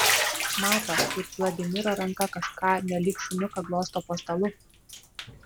mato kaip vladimiro ranka kažką nelyg šuniuką glosto po stalu